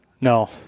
No